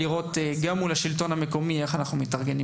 לראות גם מול השלטון המקומי איך אנחנו מתארגנים